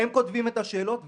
הם כותבים את השאלות,